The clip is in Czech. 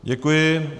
Děkuji.